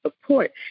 support